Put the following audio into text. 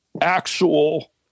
actual